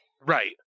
Right